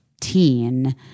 teen